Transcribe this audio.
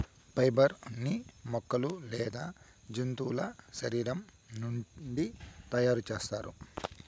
fibre ని మొక్కలు లేదా జంతువుల శరీరం నుండి తయారు చేస్తారు